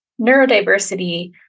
neurodiversity